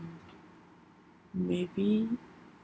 maybe